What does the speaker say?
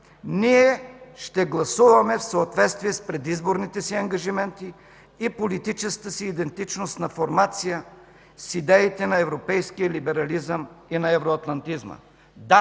ние ще гласуваме в съответствие с предизборните си ангажименти и политическата си идентичност на формация с идеите на европейския либерализъм и на евроатлантизма. Да,